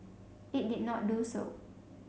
it did not do so